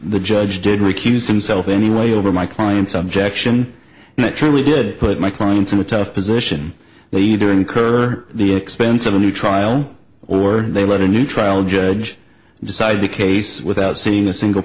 the judge did recuse himself in any way over my client's objection and i truly did put my clients in a tough position they either incur the expense of a new trial or they let a new trial judge decide the case without seeing a single